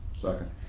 second.